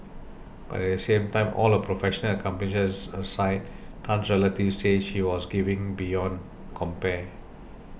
but at the same time all her professional accomplishes aside Tan's relatives say she was giving beyond compare